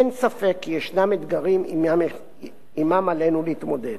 אין ספק כי יש אתגרים שעמם עלינו להתמודד,